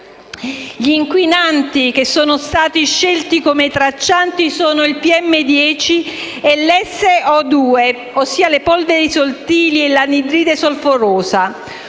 Gli inquinanti scelti come traccianti sono il PM10 e l'SO2, ossia le polveri sottili e l'anidride solforosa.